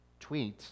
tweets